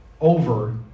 over